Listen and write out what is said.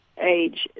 age